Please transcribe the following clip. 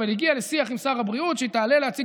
אבל הגיעה לשיח עם שר הבריאות שהיא תעלה להציג